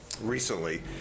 recently